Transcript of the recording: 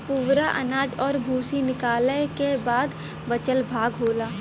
पुवरा अनाज और भूसी निकालय क बाद बचल भाग होला